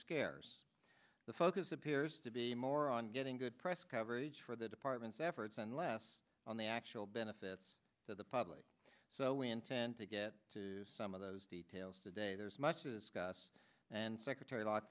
scarce the focus appears to be more on getting good press coverage for the department's efforts and less on the actual benefits to the public so we intend to get to some of those details today there's much and secretary a lot